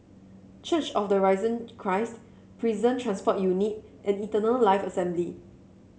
Church of the Risen Christ Prison Transport Unit and Eternal Life Assembly